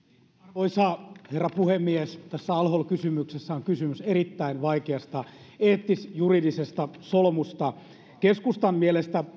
arvoisa herra puhemies tässä al holin kysymyksessä on kysymys erittäin vaikeasta eettisjuridisesta solmusta keskustan mielestä